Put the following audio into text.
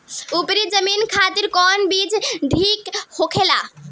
उपरी जमीन खातिर कौन बीज ठीक होला?